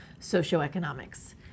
socioeconomics